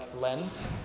Lent